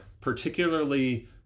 particularly